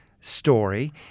story